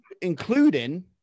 Including